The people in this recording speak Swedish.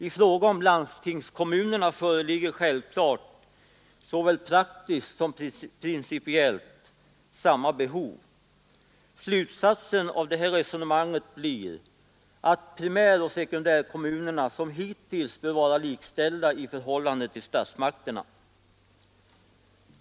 I fråga om landstingskommunerna föreligger självklart såväl praktiskt som principiellt samma behov. Slutsatsen av detta resonemang blir att primäroch sekundärkommunerna som hittills bör vara likställda i förhållande till statsmakterna.